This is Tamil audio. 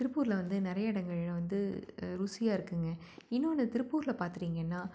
திருப்பூரில் வந்து நிறைய இடங்கள்ல வந்து ருசியா இருக்குதுங்க இன்னொன்று திருப்பூரில் பார்த்துட்டீங்கன்னா